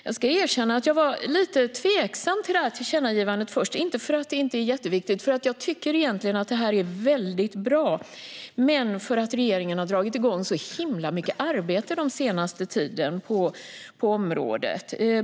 Jag ska erkänna att jag först var lite tveksam till detta tillkännagivande, inte för att det inte är jätteviktigt - jag tycker egentligen att det är väldigt bra - utan för att regeringen har dragit igång så himla mycket arbete på området den senaste tiden.